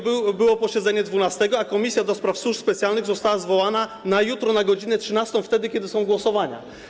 Było posiedzenie dwunastego, a Komisja do Spraw Służb Specjalnych została zwołana na jutro na godz. 13, wtedy, kiedy są głosowania.